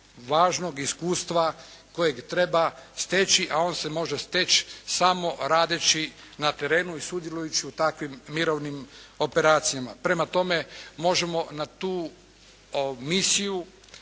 važnog iskustva kojeg treba steći, a on se može steći samo radeći na terenu i sudjelujući u takvim mirovnim operacijama. Prema tome, možemo na tu misiju